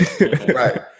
right